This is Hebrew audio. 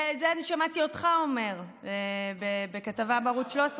אני שמעתי אותך אומר את זה בכתבה בערוץ 13,